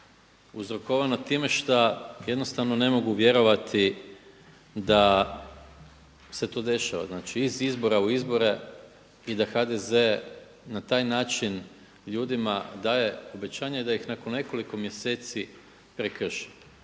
uzrokovano time šta jednostavno ne mogu vjerovati da se to dešava. Znači iz izbora u izbore i da HDZ na taj način ljudima daje obećanje i da ih nakon nekoliko mjeseci prekrši.